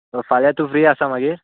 फाल्यां तूं फ्री आसा मागीर